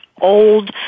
old